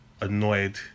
annoyed